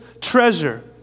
treasure